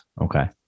Okay